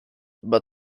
but